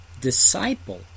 disciple